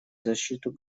защиту